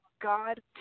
God